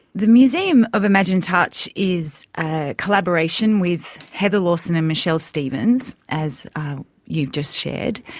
the museum of imagined touch is a collaboration with heather lawson and michelle stevens, as you've just shared,